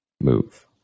move